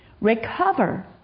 Recover